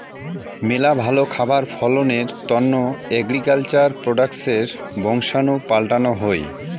মেলা ভালো খাবার ফলনের তন্ন এগ্রিকালচার প্রোডাক্টসের বংশাণু পাল্টানো হই